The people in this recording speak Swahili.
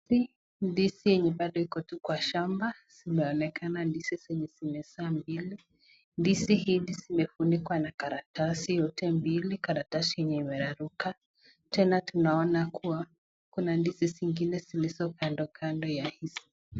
Ndizi, ndizi yenye bado iko tu kwa shamba, zimeonekana ndizi zenye zimezaa mbili. Ndizi hizi zimefunikwa na karatasi yote mbili, karatasi yenye imeraruka, tena tunaona kuwa kuna ndizi zingine zilizo kando kando ya hizi.